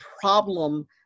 problem